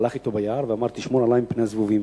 הלך אתו ביער ואמר: תשמור עלי מפני זבובים.